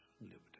liberty